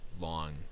long